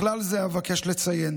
בכלל זה אבקש לציין